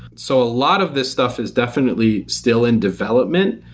so a lot of this stuff is definitely still in development.